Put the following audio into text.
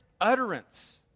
utterance